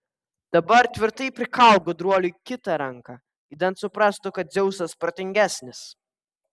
dabar tvirtai prikalk gudruoliui kitą ranką idant suprastų jis kad dzeusas protingesnis